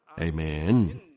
Amen